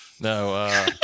No